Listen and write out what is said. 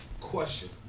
Question